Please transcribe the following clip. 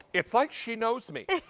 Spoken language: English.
it's like she knows me.